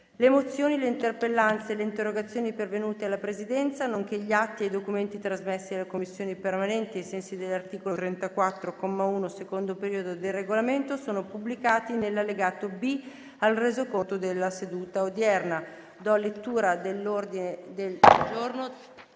Le mozioni, le interpellanze e le interrogazioni pervenute alla Presidenza, nonché gli atti e i documenti trasmessi alle Commissioni permanenti ai sensi dell'articolo 34, comma 1, secondo periodo, del Regolamento sono pubblicati nell'allegato B al Resoconto della seduta odierna.